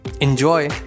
Enjoy